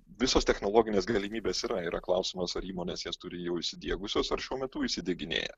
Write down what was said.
visos technologinės galimybės yra yra klausimas ar įmonės jas turi jau įsidiegusios ar šiuo metu įsidieginėja